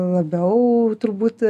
labiau turbūt